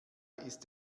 ist